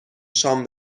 شام